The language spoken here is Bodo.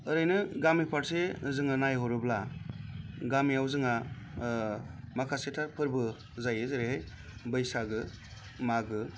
ओरैनो गामि फारसे जोङो नायहरोब्ला गामियाव जोंहा माखासेथार फोरबो जायो जेरै बैसागो मागो